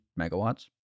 megawatts